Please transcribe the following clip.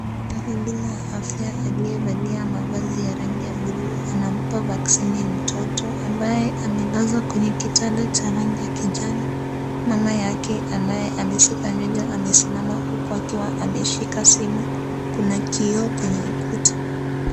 Mhudumu wa afya aliyevalia vazi la rangi ya bluu anampa vaccine mtoto ambaye amelazwa kwenye kitanda cha rangi ya kijani. Mama yake ambaye amesuka nywele amesimama huk uakiwa ameshika simu, kuna kioo kwenye ukuta.